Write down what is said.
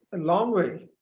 long way